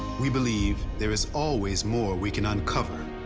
we believe there is always more we can uncover.